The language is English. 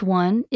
one